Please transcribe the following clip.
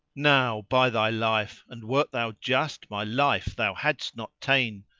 now, by thy life and wert thou just my life thou hadst not ta'en,